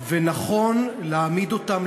ונכון להעמיד אותן,